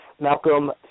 Malcolm